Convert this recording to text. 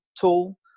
tool